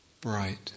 bright